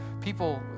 people